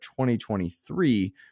2023